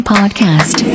Podcast